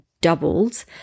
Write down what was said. doubled